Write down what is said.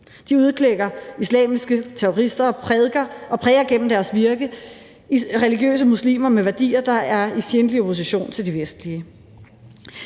De udklækker islamiske terrorister og præger gennem deres virke religiøse muslimer med værdier, der er i fjendtlig opposition til de vestlige.